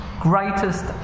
greatest